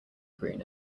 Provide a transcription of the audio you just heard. green